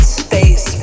space